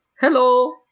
Hello